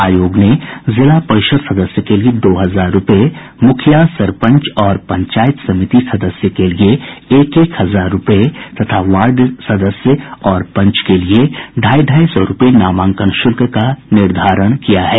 आयोग ने जिला परिषद सदस्य के लिए दो हजार रूपये मुखिया सरपंच और पंचायत समिति सदस्य के लिए एक एक हजार रूपये तथा वार्ड सदस्य और पंच के लिए ढ़ाई ढाई सौ रूपये नामांकन शुल्क का निर्धारण किया है